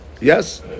Yes